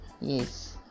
Yes